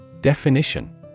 Definition